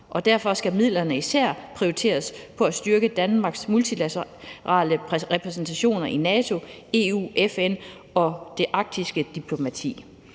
Derfor skal midlerne især prioriteres på at styrke Danmarks multilaterale repræsentationer i NATO, EU, FN og det arktiske diplomati.